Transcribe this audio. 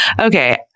Okay